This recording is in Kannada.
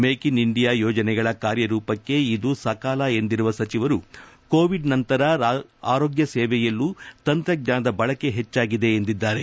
ಮೇಕ್ ಇನ್ ಇಂಡಿಯಾ ಯೋಜನೆಗಳ ಕಾರ್ಯರೂಪಕ್ಕೆ ಇದು ಸಕಾಲ ಎಂದಿರುವ ಸಚಿವರು ಕೋವಿಡ್ ನಂತರ ಆರೋಗ್ಯ ಸೇವೆಯಲ್ಲೂ ತಂತ್ರಜ್ಞಾನದ ಬಳಕೆ ಹೆಚ್ಚಾಗಿದೆ ಎಂದಿದ್ದಾರೆ